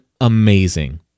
amazing